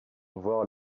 voir